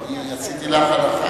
אני עשיתי לך הנחה